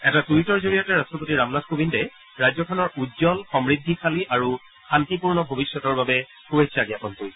এটা টুইটৰ জৰিয়তে ৰাট্টপতি ৰামনাথ কোবিন্দে ৰাজ্যখনৰ উজ্বল সমূদ্ধিশালী আৰু শান্তিপূৰ্ণ ভৱিষ্যতৰ বাবে শুভেচ্ছা জ্ঞাপন কৰিছে